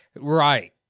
Right